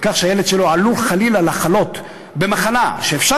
לכך שהילד שלו עלול חלילה לחלות במחלה שאפשר